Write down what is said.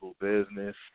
business